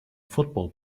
football